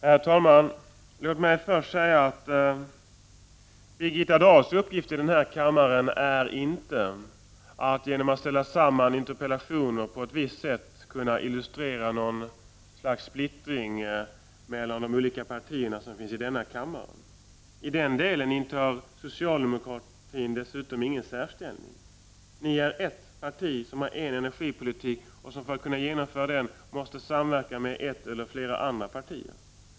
Herr talman! Låt mig först säga att Birgitta Dahls uppgift i den här kammaren inte är att genom att ställa samman interpellationer på ett visst sätt illustrera något slags splittring mellan de olika partier som finns i denna kammare. I den delen intar socialdemokratin dessutom ingen särställning. Ni är ett parti som har en energipolitik och som för att kunna genomföra den måste samverka med ett eller flera andra partier.